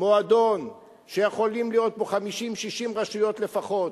מועדון שיכולות להיות בו 50 60 רשויות לפחות,